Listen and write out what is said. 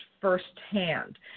firsthand